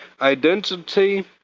identity